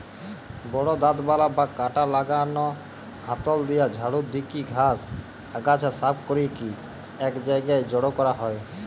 বড় দাঁতবালা বা কাঁটা লাগানা হাতল দিয়া ঝাড়ু দিকি ঘাস, আগাছা সাফ করিকি এক জায়গায় জড়ো করা হয়